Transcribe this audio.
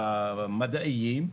והמקצועות המדעיים,